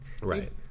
Right